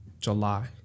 July